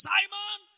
Simon